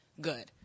good